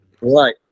Right